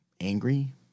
angry